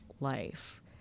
life